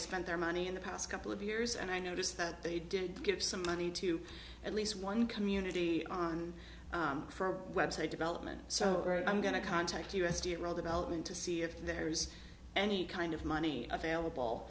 spent their money in the past couple of years and i noticed that they did give some money to at least one community on for website development so i'm going to contact us to roll development to see if there's any kind of money available